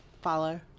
follow